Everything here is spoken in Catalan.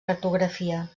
cartografia